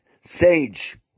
sage